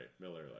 Miller-like